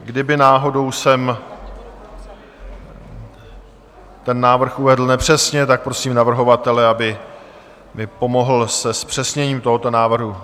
Kdybych náhodou ten návrh uvedl nepřesně, prosím navrhovatele, aby mi pomohl se zpřesněním tohoto návrhu.